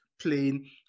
plain